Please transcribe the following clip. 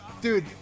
dude